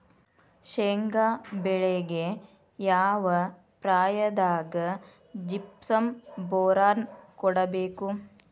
ಶೇಂಗಾ ಬೆಳೆಗೆ ಯಾವ ಪ್ರಾಯದಾಗ ಜಿಪ್ಸಂ ಬೋರಾನ್ ಕೊಡಬೇಕು?